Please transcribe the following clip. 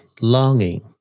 longing